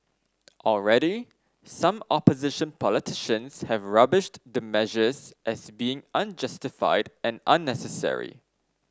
already some opposition politicians have rubbished the measures as being unjustified and unnecessary